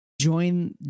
join